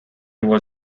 was